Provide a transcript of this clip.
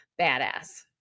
badass